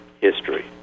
history